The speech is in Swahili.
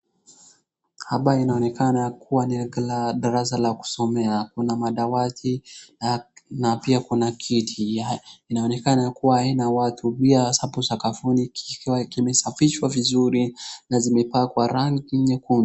Hapa inaonekana kuwa ni darasa la kusomea. Kuna madawati na pia kuna kiti, inaonekana kuwa haina watu. Pia hapo sakafuni kikiwa kimesafishwa vizuri na zimepakwa rangi nyekundu.